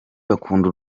bakunda